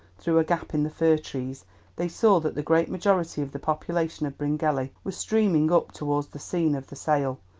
through a gap in the fir trees they saw that the great majority of the population of bryngelly was streaming up towards the scene of the sale,